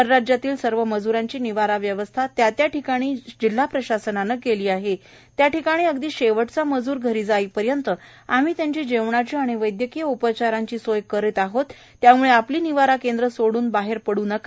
परराज्यातील सर्व मज्रांची निवारा व्यवस्था त्या त्या ठिकाणी जिल्हा प्रशासनाने केली आहे त्याठिकाणी अगदी शेवटचा मजूर घरी जाईपर्यंत आम्ही त्यांची जेवणाची आणि वैद्यकीय उपचाराची सोय करत आहोत त्याम्ळे आपली निवारा केंद्रे सोडून लगेच बाहेर पड् नका